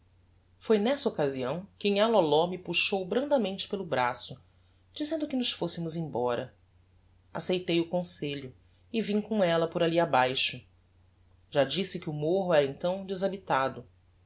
foi nessa occasião que nhã loló me puxou brandamente pelo braço dizendo que nos fossemos embora aceitei o conselho e vim com ella por alli abaixo já disse que o morro era então deshabitado